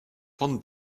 vorn